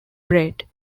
bread